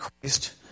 Christ